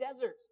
desert